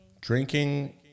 Drinking